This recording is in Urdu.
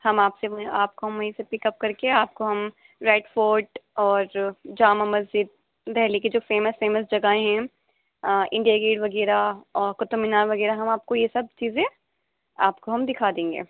ہم آپ سے آپ کو ہم وہیں سے پک اپ کر کے آپ کو ہم ریڈ فورٹ اور جامع مسجد دہلی کی جو فیمس فیمس جگہیں ہیں انڈیا گیٹ وغیرہ اور قطب مینار وغیرہ ہم آپ کو یہ سب چیزیں آپ کو ہم دکھا دیں گے